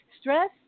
Stress